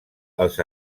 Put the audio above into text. els